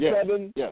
seven